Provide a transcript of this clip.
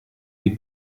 die